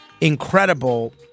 incredible